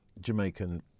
Jamaican